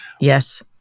Yes